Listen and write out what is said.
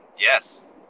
Yes